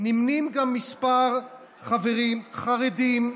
נמנים גם כמה חברים חרדים,